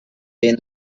pain